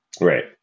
Right